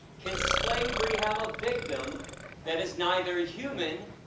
can slavery have a victim that is neither a human,